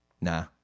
Nah